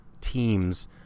teams